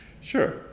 Sure